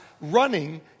running